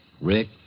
Rick